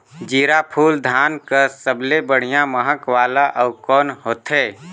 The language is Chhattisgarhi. जीराफुल धान कस सबले बढ़िया महक वाला अउ कोन होथै?